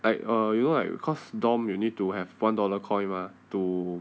I uh you know like because dorm you need to have one dollar coin mah to